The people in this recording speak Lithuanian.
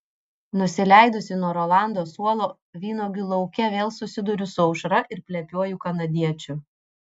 nusileidusi nuo rolando suolo vynuogių lauke vėl susiduriu su aušra ir plepiuoju kanadiečiu